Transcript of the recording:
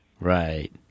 right